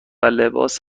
لباس